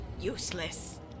Useless